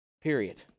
Period